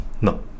No